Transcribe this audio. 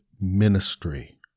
ministry